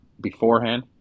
beforehand